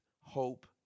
hope